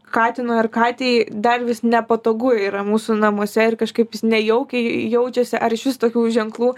katinui ar katei dar vis nepatogu yra mūsų namuose ir kažkaip jis nejaukiai jaučiasi ar išvis tokių ženklų